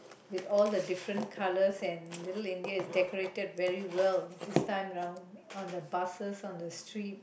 with all the different colors and Little India is decorated very well this time round on the buses on the streets